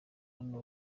hano